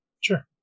Sure